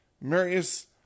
Marius